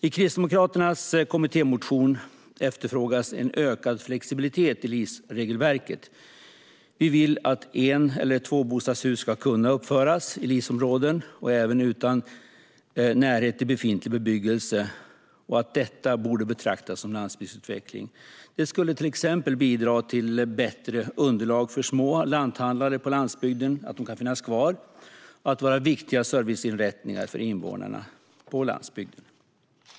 I Kristdemokraternas kommittémotion efterfrågas en ökad flexibilitet i LIS-regelverket. Vi vill att en och tvåbostadshus ska kunna uppföras i LIS-områden, även utan närhet till befintlig bebyggelse, och att detta borde betraktas som landsbygdsutveckling. Det skulle till exempel bidra till bättre underlag för små lanthandlare på landsbygden, så att de kan finnas kvar och vara viktiga serviceinrättningar för invånarna på landsbygden.